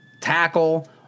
tackle